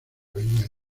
viña